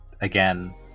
again